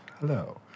Hello